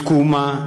תקומה,